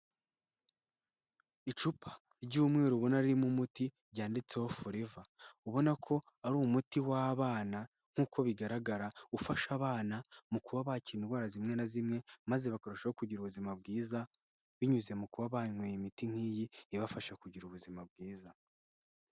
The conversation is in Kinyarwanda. Icupa ry'umweru ubona ririmo umuti ryanditseho Foreva, ubona ko ari umuti w'abana, nk'uko bigaragara ufasha abana mu kuba bakira indwara zimwe na zimwe, maze bakarushaho kugira ubuzima bwiza, binyuze mu kuba banyweye imiti nk'iyi ibafasha kugira ubuzima bwiza.